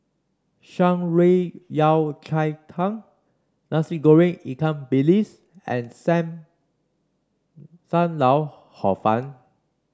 Shan Rui Yao Cai Tang Nasi Goreng Ikan Bilis and sam Sam Lau Hor Fun